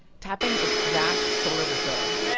tapping its vast solar reserve.